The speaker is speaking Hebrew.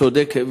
צודק,